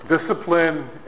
Discipline